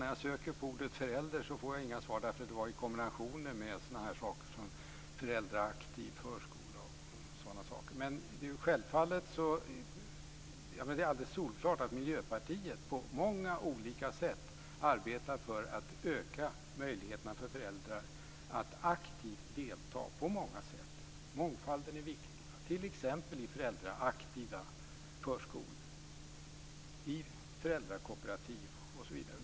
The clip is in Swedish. När jag söker på ordet förälder får jag inga svar därför att det finns i kombinationer med sådant som t.ex. föräldraaktiv förskola. Men det är väl alldeles solklart att Miljöpartiet på många olika sätt arbetar för att öka möjligheterna för föräldrar att aktivt delta på många sätt, t.ex. i föräldraaktiva förskolor, i föräldrakooperativ, osv. Mångfalden är viktig.